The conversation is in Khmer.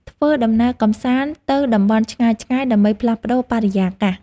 ធ្វើដំណើរកម្សាន្តទៅតំបន់ឆ្ងាយៗ ដើម្បីផ្លាស់ប្តូរបរិយាកាស។